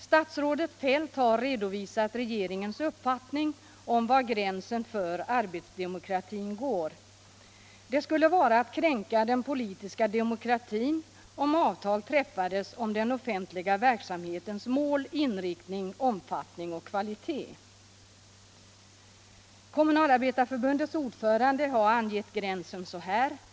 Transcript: Statsrådet Feldt har redovisat regeringens uppfattning om var gränsen för arbetsdemokratin går. Det skulle enligt honom vara att kränka den politiska demokratin om avtal träffades om den offentliga verksamhetens mål, inriktning, omfattning och kvalitet. Kommunalarbetareförbundets ordförande har emellertid redovisat en annan uppfattning i frågan.